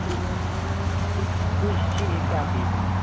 ꯁꯤꯁꯦ ꯀꯌꯥ ꯄꯤꯕꯅꯣ